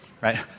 right